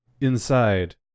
inside